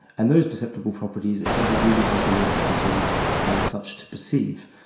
and those perceptible properties, it doesn't really take any expertise as such, to perceive.